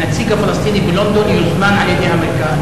הנציג הפלסטיני בלונדון יושבע על-ידי המלכה.